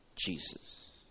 Jesus